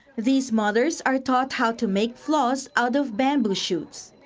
these mothers are taught how to make clothe out of bamboo shutes.